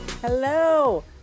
Hello